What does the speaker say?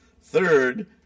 Third